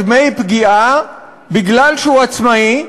בגלל שהוא עצמאי,